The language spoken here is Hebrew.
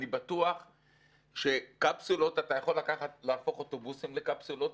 אני בטוח שאתה יכול להפוך אוטובוסים לקפסולות,